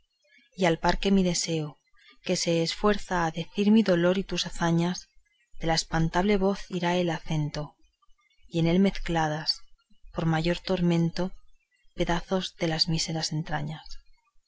y al par de mi deseo que se esfuerza a decir mi dolor y tus hazañas de la espantable voz irá el acento y en él mezcladas por mayor tormento pedazos de las míseras entrañas